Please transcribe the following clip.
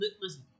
Listen